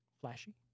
flashy